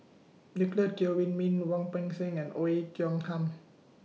Nicolette Teo Wei Min Wu Peng Seng and Oei Tiong Ham